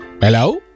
Hello